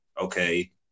okay